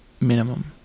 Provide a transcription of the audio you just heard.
minimum